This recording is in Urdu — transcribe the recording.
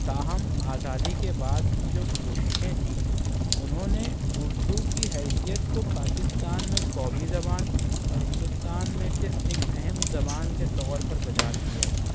تاہم آزادی کے بعد کی جو کوششیں تھی انہوں نے اردو کی حیثیت کو پاکستان میں قومی زبان اور ہندوستان میں صرف ایک اہم زبان کے طور پر بحال کیا تھا